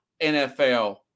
NFL